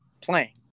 playing